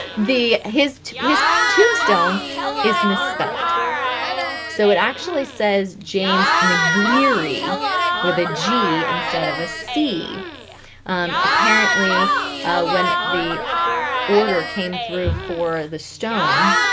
his his tombstone is misspelled so it actually says james mccleary with a g instead of a c apparently when the order came through for the stone